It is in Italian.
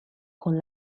con